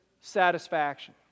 satisfaction